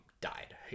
died